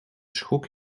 schok